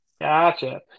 gotcha